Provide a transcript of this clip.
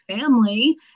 family